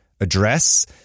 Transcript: address